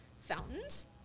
fountains